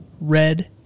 red